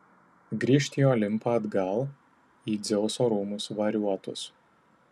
grįžt į olimpą atgal į dzeuso rūmus variuotus